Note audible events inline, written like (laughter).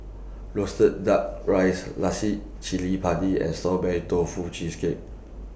Roasted Duck Rice (unintelligible) Cili Padi and Strawberry Tofu Cheesecake